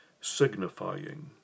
signifying